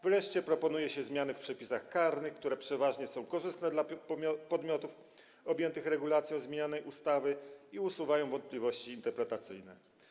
Wreszcie proponuje się zmiany w przepisach karnych, które przeważnie są korzystne dla podmiotów objętych regulacją zmienianej ustawy i usuwają wątpliwości interpretacyjne.